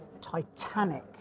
titanic